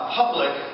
public